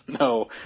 No